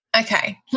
Okay